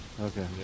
Okay